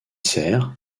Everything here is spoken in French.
serres